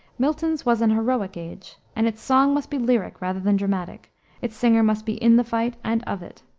milton's was an heroic age, and its song must be lyric rather than dramatic its singer must be in the fight and of it.